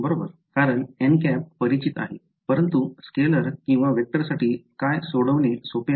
बरोबर कारण परिचित आहे परंतु स्केलर किंवा वेक्टरसाठी काय सोडवणे सोपे आहे